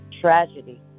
tragedy